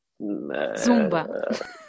Zumba